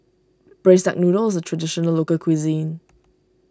Braised Duck Noodle is a Traditional Local Cuisine